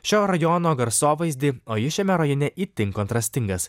šio rajono garsovaizdį o jis šiame rajone itin kontrastingas